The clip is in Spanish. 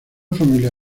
familia